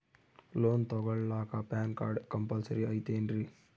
Loan ತೊಗೊಳ್ಳಾಕ PAN card compulsory ಐಯ್ತೇನ್ರಿ?